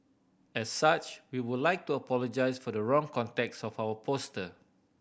as such we would like to apologise for the wrong context of our poster